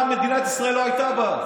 מדינת ישראל רוצה להגיש,